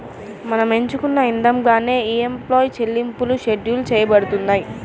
మనం ఎంచుకున్న ఇదంగానే ఈఎంఐల చెల్లింపులు షెడ్యూల్ చేయబడతాయి